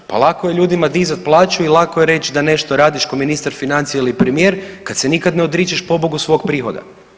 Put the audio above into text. Pa lako je ljudima dizat plaću i lako je reći da nešto radiš ko ministar financija ili premijer kad se nikad ne odričeš pobogu svog prihoda.